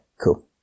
cool